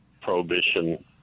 prohibition